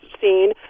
scene